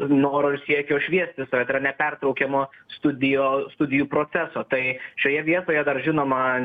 noro ir siekio šviesti save tai yra nepertraukiamo studijo studijų proceso tai šioje vietoje dar žinoma